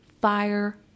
fire